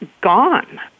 gone